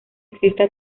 exista